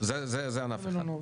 זה ענף אחד.